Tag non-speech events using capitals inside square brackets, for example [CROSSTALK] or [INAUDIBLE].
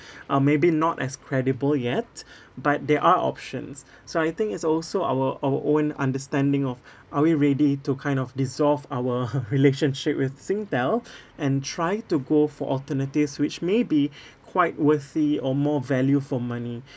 [BREATH] uh maybe not as credible yet [BREATH] but there are options so I think it's also our our own understanding of [BREATH] are we ready to kind of dissolve our [LAUGHS] relationship with Singtel [BREATH] and try to go for alternatives which may be [BREATH] quite worthy or more value for money